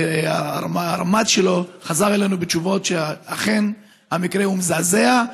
הרמ"ט שלו חזר אלינו בתשובות שאכן המקרה הוא מזעזע,